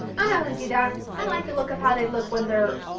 i'm not going to do that, i like the look of how they look when they are